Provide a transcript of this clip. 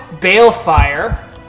balefire